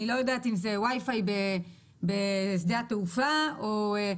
אני לא יודעת אם זה Wi-Fi בשדה התעופה וכולי.